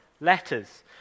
letters